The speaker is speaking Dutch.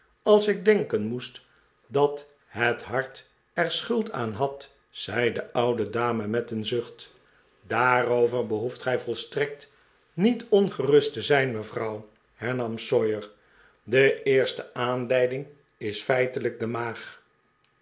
als ik denken moest dat het hart er schuld aan had r iei de oude dame met een zucht daarover behoeft gij volstrekt niet ongerust te zijn mevrouw hernam sawyer de eerste aanleiding is feitelijk de maag